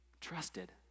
trusted